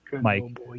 Mike